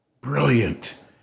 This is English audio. Brilliant